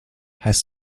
heißt